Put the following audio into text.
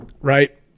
right